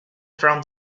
from